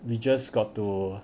we just got to